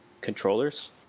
controllers